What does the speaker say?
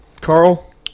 Carl